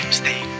stay